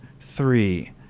three